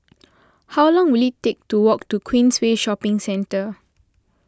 how long will it take to walk to Queensway Shopping Centre